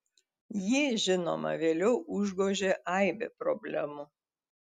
jį žinoma vėliau užgožė aibė problemų